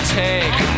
take